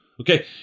Okay